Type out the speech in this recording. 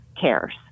cares